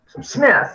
Smith